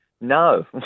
No